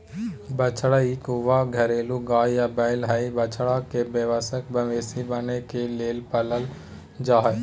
बछड़ा इक युवा घरेलू गाय या बैल हई, बछड़ा के वयस्क मवेशी बने के लेल पालल जा हई